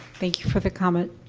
thank you for the comment.